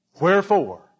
Wherefore